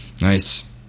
Nice